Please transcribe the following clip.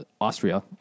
Austria